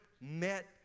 met